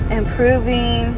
improving